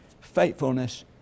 Faithfulness